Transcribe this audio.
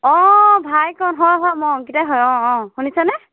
অঁ ভাইকন হয় হয় মই অংকিতাই হয় অঁ অঁ শুনিছানে